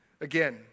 Again